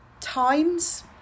times